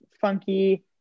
funky